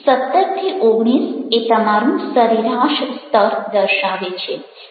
17 19 એ તમારું સરેરાશ સ્તર દર્શાવે છે